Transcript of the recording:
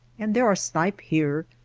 and there are snipe here,